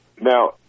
Now